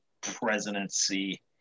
presidency